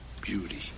Beauty